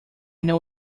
know